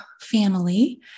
family